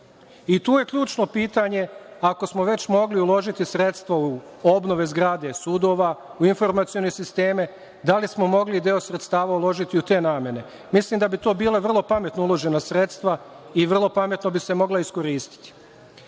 Tu je ključno pitanje – ako smo već mogli uložiti sredstva u obnove zgrade sudova, u informacione sisteme, da li smo mogli deo sredstava uložiti u te namene? Mislim da bi to bila vrlo pametno uložena sredstva i vrlo pametno bi se mogla iskoristiti. Konačno,